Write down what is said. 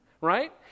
right